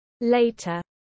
Later